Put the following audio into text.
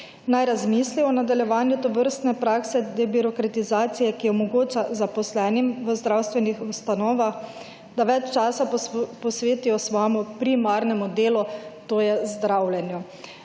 naj razmisli o nadaljevanju tovrstne prakse glede debirokratizacije, ki omogoča zaposlenim v zdravstvenih ustanovah, da več časa posvetijo svojemu primarnemu delu – to je zdravljenju.«